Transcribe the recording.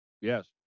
Yes